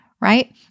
right